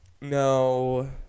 No